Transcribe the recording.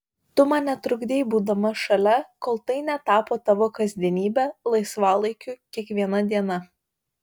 tu man netrukdei būdama šalia kol tai netapo tavo kasdienybe laisvalaikiu kiekviena diena